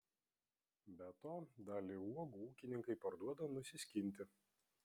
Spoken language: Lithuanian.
be to dalį uogų ūkininkai parduoda nusiskinti